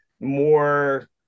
more